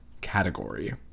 category